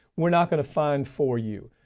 we're not gonna fine for you.